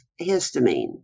histamine